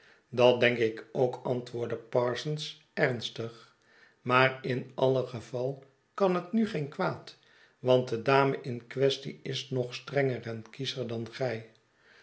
dat denk ik ook antwoordde parsons ernstig maar in alle geval kan dat nu geen kwaad want de dame in kwestie is nog strenger en kiescher dan gij